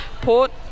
Port